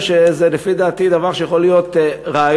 לפי דעתי, זה דבר שיכול להיות רעיון,